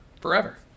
forever